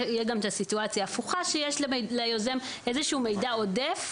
יש גם את הסיטואציה ההפוכה שיש ליוזם איזשהו מידע עודף,